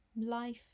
Life